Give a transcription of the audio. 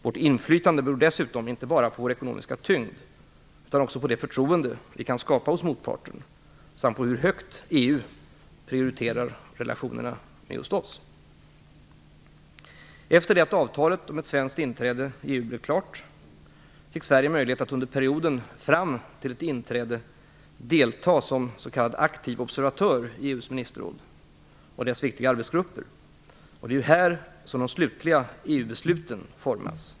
Vårt inflytande beror dessutom inte bara på vår ekonomiska tyngd, utan också på det förtroende vi kan skapa hos motparten samt på hur högt EU prioriterar relationerna med just oss. blev klart fick Sverige möjlighet att under perioden fram till ett inträde delta som s.k. aktiv observatör i EU:s ministerråd och dess viktiga arbetsgrupper. Det är ju här som de slutliga EU-besluten formas.